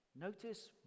Notice